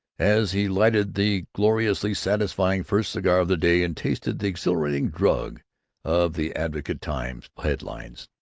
as he lighted the gloriously satisfying first cigar of the day and tasted the exhilarating drug of the advocate-times headlines.